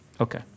Okay